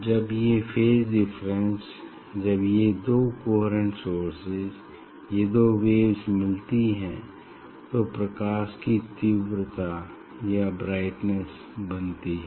अब ये phase difference जब ये दो कोहेरेंट सोर्सेज ये दो वेव्स मिलती हैं तो प्रकाश की तीव्रता या ब्राइटनेस बनती है